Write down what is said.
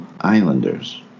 Islanders